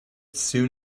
soon